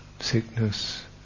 sickness